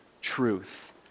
truth